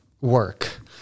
work